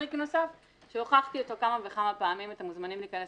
וטריק נוסף שהוכחתי אותו כמה וכמה פעמים אתם מוזמנים להיכנס